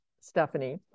Stephanie